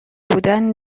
بودن